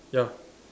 ya